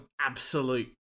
absolute